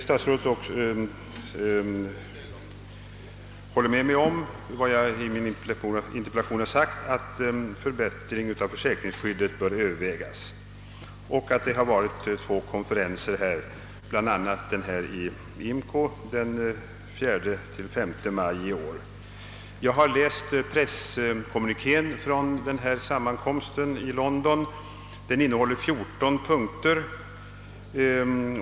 Statsrådet håller med mig om vad jag sagt i min interpellation att en förbättring av försäkringsskyddet bör övervägas och nämner att det varit två konferenser, däribland den i IMCO den 4—5 maj i år. Jag bar läst presskommunikén från denna sammankomst i London. Den innehåller 14 punkter.